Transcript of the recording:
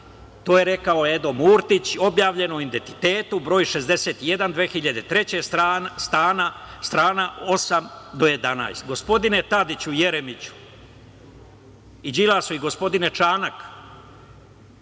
To je rekao Edo Murtić, objavljeno u "Identitetu" broj 61, 2003. godine, strana 8 do 11.Gospodine Tadiću, Jeremiću i Đilasu i gospodine Čanak,